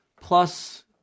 plus